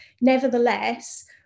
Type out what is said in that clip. nevertheless